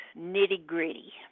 nitty-gritty